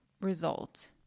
result